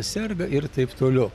serga ir taip toliau